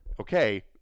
okay